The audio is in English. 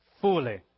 fully